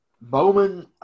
Bowman –